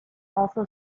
also